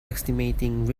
estimating